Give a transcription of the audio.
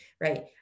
right